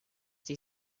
die